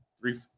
three